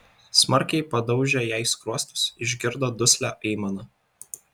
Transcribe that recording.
smarkiai padaužė jai skruostus išgirdo duslią aimaną